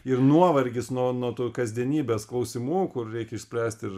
ir nuovargis nuo nuo tų kasdienybės klausimų kur reikia išspręst ir